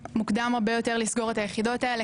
מוקדם הרבה יותר לסגור את היחידות האלה.